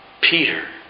Peter